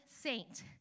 saint